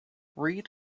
read